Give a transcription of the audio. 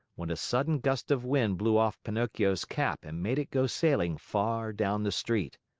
when a sudden gust of wind blew off pinocchio's cap and made it go sailing far down the street.